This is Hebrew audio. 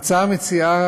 בהצעה מוצע,